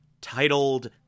titled